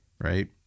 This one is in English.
Right